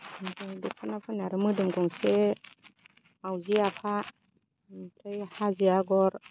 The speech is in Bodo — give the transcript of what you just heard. ओमफ्राय दख'फोरना आरो मोदोम गंसे मावजि आफा ओमफ्राय हाजो आगर